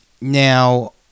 Now